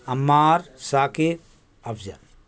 Ammar Saqib Afzal